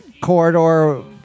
corridor